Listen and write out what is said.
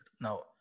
Now